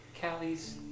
Callie's